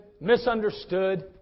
misunderstood